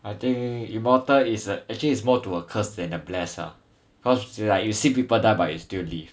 I think immortal is a actually is more to a curse than a bless ah cause like you see people die but you still live